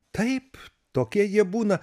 taip tokie jie būna